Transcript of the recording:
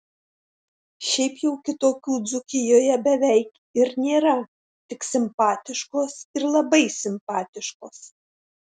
šiaip jau kitokių dzūkijoje beveik ir nėra tik simpatiškos ir labai simpatiškos